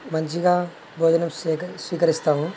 మంచిగా భోజనం స్వీక స్వీకరిస్తాము